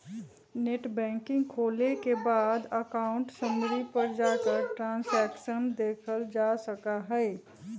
net banking खोले के बाद अकाउंट समरी पर जाकर ट्रांसैक्शन देखलजा सका हई